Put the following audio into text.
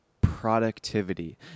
productivity